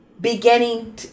beginning